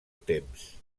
temps